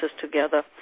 together